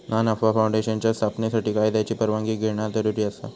ना नफा फाऊंडेशनच्या स्थापनेसाठी कायद्याची परवानगी घेणा जरुरी आसा